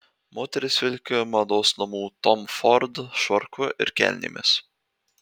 moteris vilki mados namų tom ford švarku ir kelnėmis